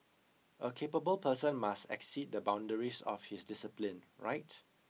a capable person must exceed the boundaries of his discipline right